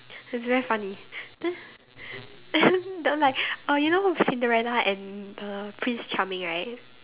it's very funny then and then the like uh you know Cinderella and the prince charming right